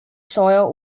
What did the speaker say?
soil